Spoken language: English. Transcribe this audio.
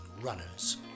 runners